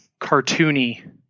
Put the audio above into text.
cartoony